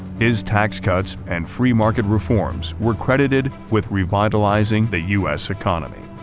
his tax cuts and free-market reforms were credited with revitalising the us economy.